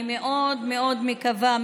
אני מאוד מאוד מקווה,